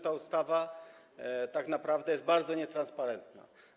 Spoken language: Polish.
Ta ustawa tak naprawdę jest bardzo nietransparentna.